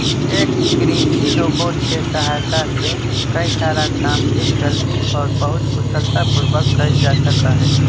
एक कृषि रोबोट के सहायता से कई सारा काम के जल्दी और बहुत कुशलता पूर्वक कइल जा सका हई